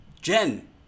Jen